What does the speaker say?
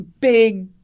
big